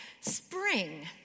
spring